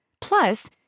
Plus